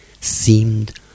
seemed